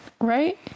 Right